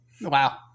Wow